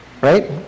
Right